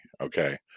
Okay